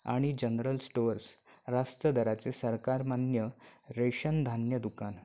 आणि general stores रास्त दराचं सरकारमान्य रेशन धान्य दुकान